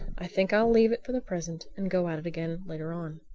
i think i'll leave it for the present and go at it again later on.